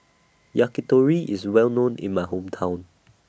Yakitori IS Well known in My Hometown